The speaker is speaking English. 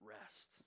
rest